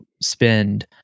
spend